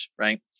right